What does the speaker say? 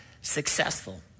successful